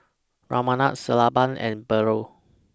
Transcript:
Ramanand Sellapan and Bellur